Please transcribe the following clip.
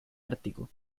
ártico